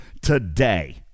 today